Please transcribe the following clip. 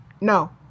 No